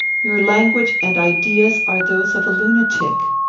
your language and ideas are those of a lunatic.